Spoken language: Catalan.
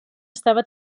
estava